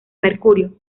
mercurio